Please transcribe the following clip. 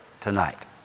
tonight